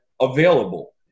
available